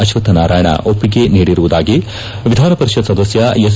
ಅಶ್ವಥ ನಾರಾಯಣ ಒಪ್ಪಿಗೆ ನೀಡಿರುವುದಾಗಿ ವಿಧಾನ ಪರಿಷತ್ ಸದಸ್ಯ ಎಸ್